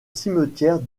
cimetière